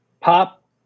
Pop